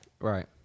Right